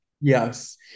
Yes